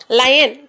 lion